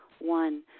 One